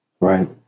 Right